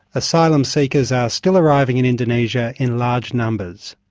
asylum seekers are still arriving in indonesia in large numbers.